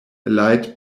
alight